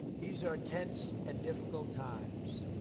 these are tense and difficult times,